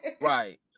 Right